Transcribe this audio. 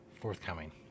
forthcoming